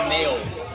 Nails